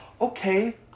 Okay